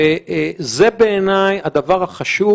וזה בעיני הדבר החשוב,